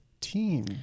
team